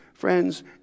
Friends